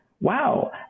wow